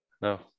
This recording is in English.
No